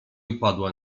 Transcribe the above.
upadła